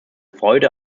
freude